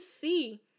see